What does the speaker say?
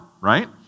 right